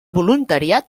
voluntariat